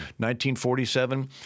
1947